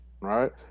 right